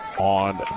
On